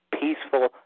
peaceful